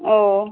ও